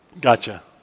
Gotcha